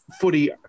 footy